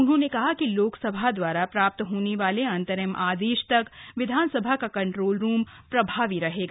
उन्होंने कहा कि लोकसभा दवारा प्राप्त होने वाले अंतरिम आदेश तक विधानसभा का कंट्रोल रूम प्रभावी रहेगा